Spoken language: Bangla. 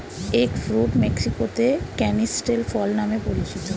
এগ ফ্রুট মেক্সিকোতে ক্যানিস্টেল ফল নামে পরিচিত